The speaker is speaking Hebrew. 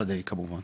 עד ה' כמובן